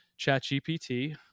ChatGPT